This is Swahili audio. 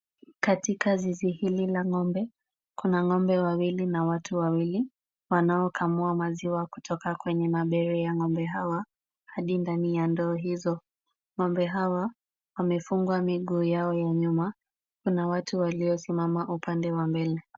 Katika zizi hili la ng'ombe, kuna ng'ombe wawili na watu wawili, wanaokamua maziwa kutoka kwenye mabere ya ng'ombe hawa, hadi ndani ya ndoo hizo. Ng'ombe hawa wamefungwa miguu yao ya nyuma. Kuna watu waliosimama upande wa mbele.